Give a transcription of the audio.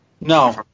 No